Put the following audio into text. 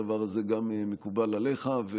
אני מבין שהדבר הזה מקובל גם עליך.